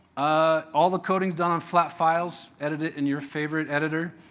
ah all the coding's done on flat files. edit it in your favorite editor.